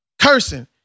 cursing